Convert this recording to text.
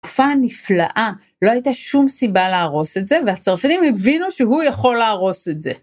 תקופה נפלאה, לא הייתה שום סיבה להרוס את זה והצרפתים הבינו שהוא יכול להרוס את זה.